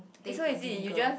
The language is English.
then you put vinegar